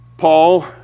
Paul